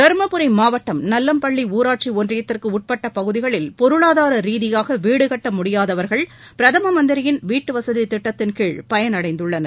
தர்மபுரி மாவட்டம் நல்லம்பள்ளி ஊராட்சி ஒன்றியத்திற்கு உட்பட்ட பகுதிகளில் பொருளாதார ரீதியாக வீடு கட்ட முடியாதவர்கள் பிரதம மந்திரியின் வீட்டு வசதி திட்டத்தின் கீழ் பலனடைந்துள்ளனர்